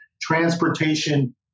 transportation